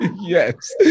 Yes